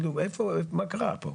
מה קרה פה?